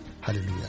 Hallelujah